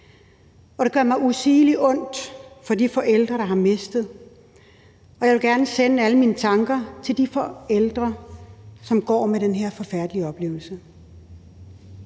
Det gør mig usigelig ondt for de forældre, der har mistet, og jeg vil gerne sende alle mine tanker til de forældre, som går med den her forfærdelige oplevelse.